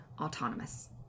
autonomous